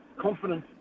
confidence